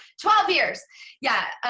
twelve years yeah,